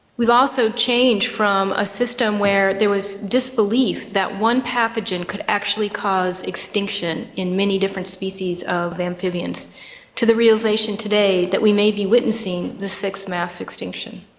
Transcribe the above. we've also changed from a system where there was disbelief that one pathogen could actually cause extinction in many different species of amphibians to the realisation today that we may be witnessing the sixth mass extinction.